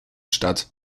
statt